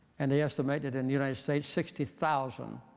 and they estimated in the united states sixty thousand